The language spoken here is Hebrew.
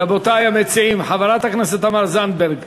רבותי המציעים, חברת הכנסת תמר זנדברג,